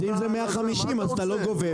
אם זה 150 אלף, אתה לא גובה.